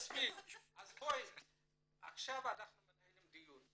מספיק, בואי, עכשיו אנחנו מנהלים דיון.